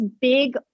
big